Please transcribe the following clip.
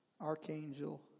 archangel